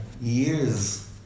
years